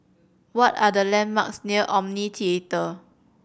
what are the landmarks near Omni Theatre